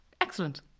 excellent